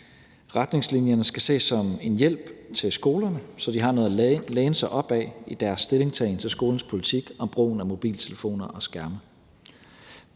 Retningslinjerne skal ses som en hjælp til skolerne, så de har noget at læne sig op ad i deres stillingtagen til skolens politik om brugen af mobiltelefoner og skærme.